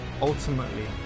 Ultimately